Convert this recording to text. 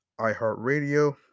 iHeartRadio